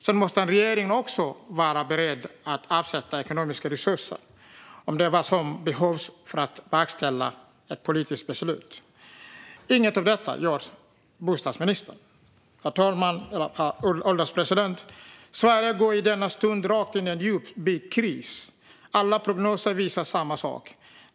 Sedan måste regeringen också vara beredd att avsätta ekonomiska resurser, om det är vad som behövs för att verkställa ett politiskt beslut. Inget av detta gör bostadsministern. Herr ålderspresident! Sverige går i denna stund rakt in i en djup byggkris. Alla prognoser visar samma sak.